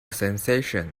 sensation